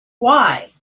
why